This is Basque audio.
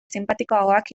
sinpatikoagoak